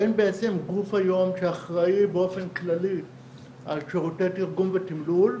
אין בעצם גוף היום שאחראי באופן כללי על שירותי תרגום ותימלול.